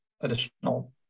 additional